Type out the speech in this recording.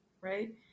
right